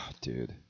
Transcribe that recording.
dude